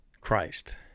christ